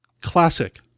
classic